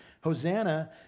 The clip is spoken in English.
Hosanna